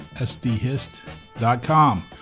SDhist.com